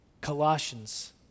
Colossians